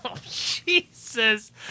Jesus